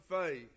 faith